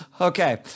Okay